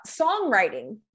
songwriting